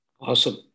Awesome